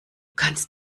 kannst